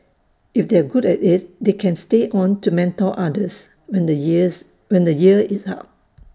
if they are good at IT they can stay on to mentor others when the years when the year is up